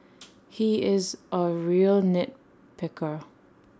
he is A real nit picker